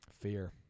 Fear